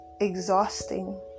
exhausting